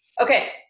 Okay